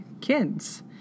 kids